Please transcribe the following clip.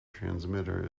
transmitter